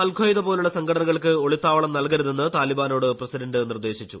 al Qaeda പോലുള്ള സംഘടനകൾക്ക് ഒളിത്താവളം നൽകരുതെന്ന് താലിബാനോട് നിർദ്ദേശിച്ചു